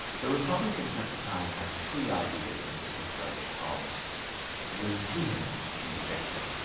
the republicans at the time had three ideas in particular that hobbes was vehement in rejecting.